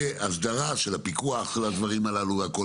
הסדרה של הפיקוח על הדברים הללו זה יתרום לעניין הזה,